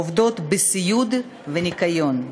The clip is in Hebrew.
עובדות בסיעוד ובניקיון.